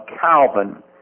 Calvin